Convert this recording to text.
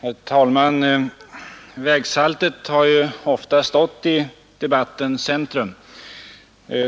Herr talman! Vägsaltet har ju ofta stått i debattens centrum.